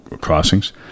crossings